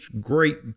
great